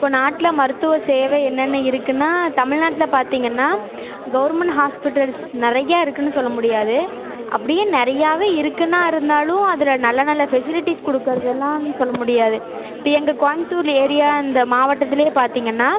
இப்போ நாட்டில் மருத்துவ சேவை என்னென்ன இருக்குதுன்னா தமிழ்நாட்டில் பார்த்திங்கன்னா கவர்மெண்ட் ஹாஸ்பிட்டல்ஸ் நிறையா இருக்குதுன்னு சொல்ல முடியாது அப்படியே நிறையாவே இருக்குதுன்னா இருந்தாலும் அதில் நல்ல நல்ல ஃபெசிலிட்டீஸ் கொடுக்குறதுல்லன்னு சொல்ல முடியாது இப்போ எங்கள் கோயம்புத்தூரில் ஏரியா இந்த மாவட்டத்துலேயே பார்த்திங்கன்னா